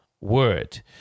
word